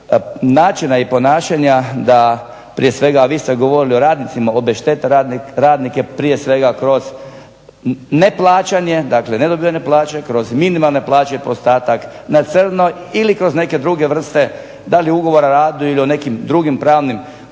načina i ponašanja da prije svega vi ste govorili o radnicima, obeštete radnike prije svega kroz neplaćanje, dakle nedobijanja plaće, kroz minimalne plaće pa ostatak na crno, ili kroz neke druge vrste, da li ugovora o radu ili o nekim drugim pravnim poslovima